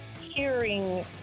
hearing